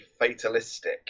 fatalistic